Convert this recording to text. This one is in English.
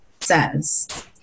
says